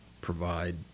provide